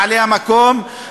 בעלי המקום,